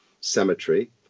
cemetery